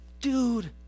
Dude